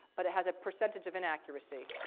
but it has a percentage of inaccuracy.